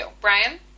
Brian